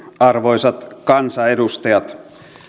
arvoisat kansanedustajat